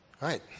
right